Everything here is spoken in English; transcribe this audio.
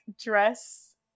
dress